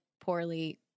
poorly